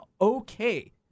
okay